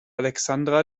alexandra